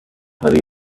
hurry